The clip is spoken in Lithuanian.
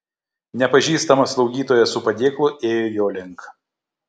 nepažįstama slaugytoja su padėklu ėjo jo link